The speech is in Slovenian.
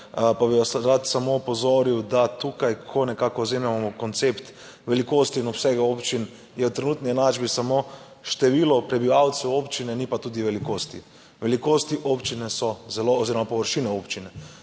Pa bi vas rad samo opozoril, da tukaj, ko nekako vzamemo koncept velikosti in obsega občin, je v trenutni enačbi samo število prebivalcev občine, ni pa tudi velikosti. Velikosti občine so zelo, oziroma površine občine,